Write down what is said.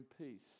peace